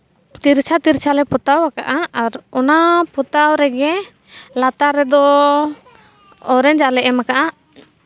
ᱛᱮᱨᱪᱷᱟ ᱛᱮᱨᱪᱷᱟ ᱞᱮ ᱯᱚᱛᱟᱣ ᱠᱟᱜᱼᱟ ᱟᱨ ᱚᱱᱟ ᱯᱚᱛᱟᱣ ᱨᱮᱜᱮ ᱞᱟᱛᱟᱨ ᱨᱮᱫᱚ ᱚᱨᱮᱧᱡᱽᱼᱟᱜ ᱞᱮ ᱮᱢ ᱠᱟᱜᱼᱟ